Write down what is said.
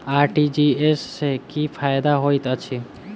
RTGS सँ की फायदा होइत अछि?